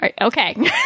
Okay